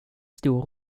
stor